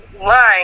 lying